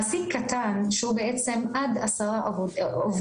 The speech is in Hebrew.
מעסיק קטן שהוא בעצם עד 10 עובדים,